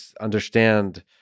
understand